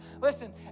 Listen